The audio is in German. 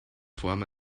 form